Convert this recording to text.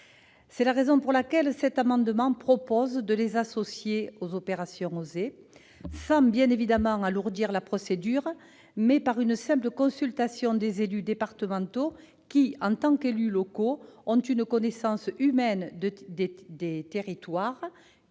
C'est la raison pour laquelle cet amendement prévoit de les associer aux OSER, sans alourdir la procédure, une simple consultation des élus départementaux, qui, en tant qu'élus locaux, ont une connaissance humaine des territoires